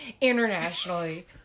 internationally